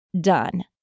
done